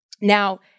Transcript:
Now